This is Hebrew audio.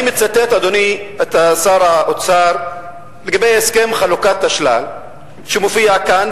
אני מצטט את שר האוצר לגבי הסכם חלוקת השלל שמופיע כאן,